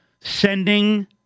sending